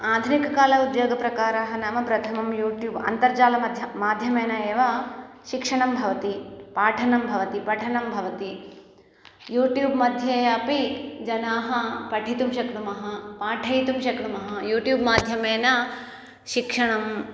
आधुनिककाल उद्योगप्रकाराः नाम प्रथमं युट्यूब् अन्तर्जालमाध्य माध्यमेन एव शिक्षणं भवति पाठनं भवति पठनं भवति युट्यूब्मध्ये अपि जनाः पठितुं शक्नुमः पाठयितुं शक्नुमः युट्यूब् माध्यमेन शिक्षणं